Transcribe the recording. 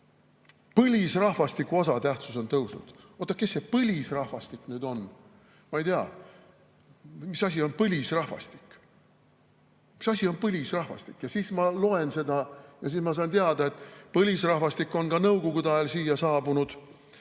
põlisrahvastiku osatähtsus on tõusnud! Oot, kes see põlisrahvastik on? Ma ei tea, mis asi on põlisrahvastik. Mis asi on põlisrahvastik? Ja siis ma loen ja saan teada, et põlisrahvastiku [hulka kuuluvad] ka nõukogude ajal siia saabunud